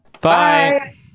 Bye